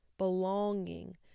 belonging